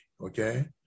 okay